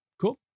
Cool